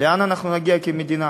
לאן אנחנו נגיע כמדינה?